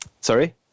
Sorry